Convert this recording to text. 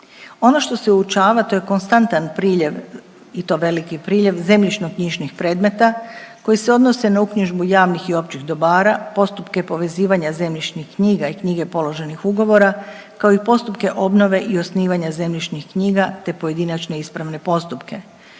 Ono što se uočava to je konstantan priljev i to veliki priljev zemljišno-knjižnih predmeta koji se odnose na uknjižbu javnih i općih dobara, postupke povezivanja zemljišnih knjiga i knjige položenih ugovora kao i postupke obnove i osnivanje zemljišnih knjiga te pojedinačne ispravne postupke.